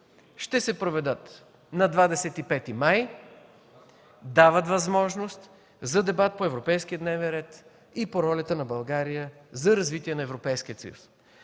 ще се проведат на 25 май 2014 г., дават възможност за дебат по европейския дневен ред и по ролята на България за развитие на Европейския съюз.